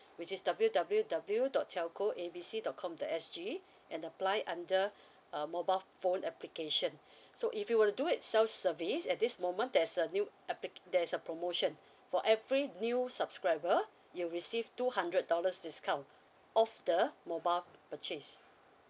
which is W W W dot telco A B C dot com dot S_G and apply under uh mobile phone application so if you were to do it self service at this moment there's a new appli~ there's a promotion for every new subscriber you receive two hundred dollars discount off the mobile purchase